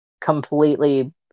completely